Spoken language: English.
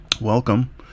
welcome